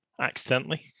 accidentally